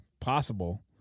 Possible